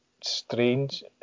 strange